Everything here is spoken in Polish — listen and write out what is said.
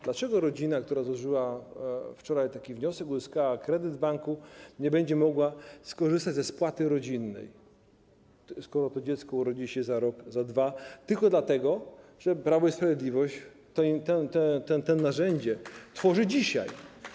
Dlaczego rodzina, która złożyła wczoraj taki wniosek, uzyskała kredyt w banku, nie będzie mogła skorzystać ze spłaty rodzinnej, skoro dziecko urodzi się za rok, za dwa, tylko dlatego, że Prawo i Sprawiedliwość to narzędzie tworzy dzisiaj?